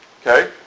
Okay